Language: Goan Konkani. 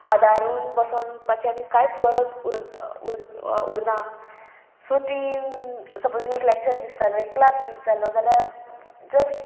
आदारून बसोन पाचें आमी कांयच गरज उर उर उरना सो ती सपोज एक लॅक्चर मीस जाल्लो एक क्लास मीस जालो जाल्यार जस्ट